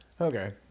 Okay